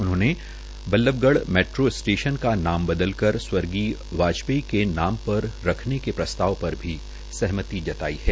उन्होंने Ballabhgarh metro station का नाम बदल कर स्वर्गीय वाजपेयी के नाम रखने के प्रस्ताव पर भी सहमति जतायी है